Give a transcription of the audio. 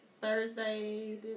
Thursday